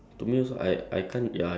ya exactly